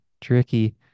tricky